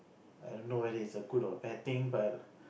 I don't know whether it's a good or bad thing but